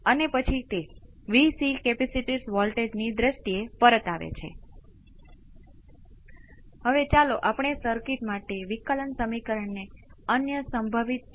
અને પછી force response force response શું છે તે કંઈપણ હોઈ શકે છે કારણ કે મારો મતલબ છે કે જો તમે કોસનું વિકલન કરો છો તો તમને સાઈન મળે છે અને જો તમે સાઈનનું વિકલન કરો છો તો તમને કોસ મળે છે